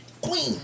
queen